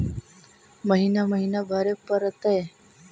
महिना महिना भरे परतैय?